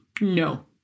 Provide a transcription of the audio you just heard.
No